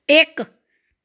ਇੱਕ